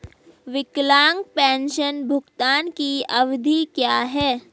विकलांग पेंशन भुगतान की अवधि क्या है?